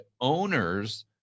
owners